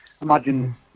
Imagine